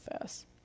fast